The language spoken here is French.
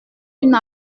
une